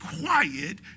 quiet